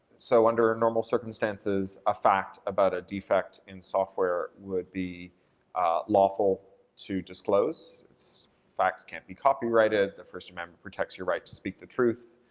so under normal circumstances a fact about a defect in software would be lawful to disclose. facts can't be copyrighted. the first amendment protects your right to speak the truth,